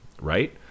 right